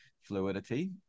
fluidity